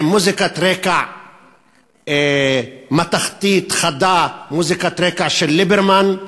עם מוזיקת רקע מתכתית חדה, מוזיקת רקע של ליברמן,